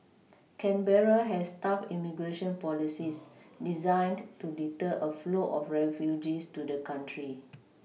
Canberra has tough immigration policies designed to deter a flow of refugees to the country